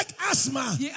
asthma